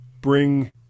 bring